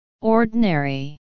Ordinary